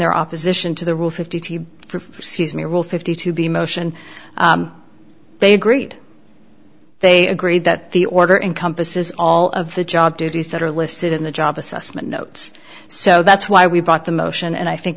their opposition to the rule fifty three c's miral fifty two b motion they agreed they agreed that the order encompasses all of the job duties that are listed in the job assessment notes so that's why we brought the motion and i think